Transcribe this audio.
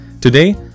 Today